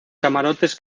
camarotes